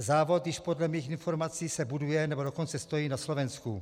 Závod se již podle mých informací buduje, nebo dokonce stojí na Slovensku.